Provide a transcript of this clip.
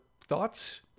thoughts